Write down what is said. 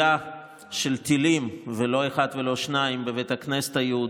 פגיעות של רקטות בבאבי יאר